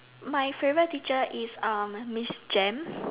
my favourite teacher is um Miss Jem